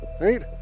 Right